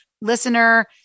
listener